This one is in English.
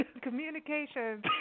Communication